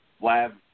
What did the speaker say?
Lab